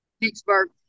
Pittsburgh